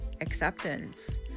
acceptance